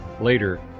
Later